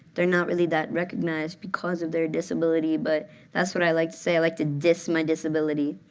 they're not really that recognized because of their disability. but that's what i like to say i like to dis my disability.